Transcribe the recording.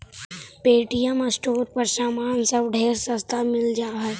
Paytm store पर समान सब ढेर सस्ता मिल जा हई